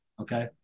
okay